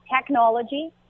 technology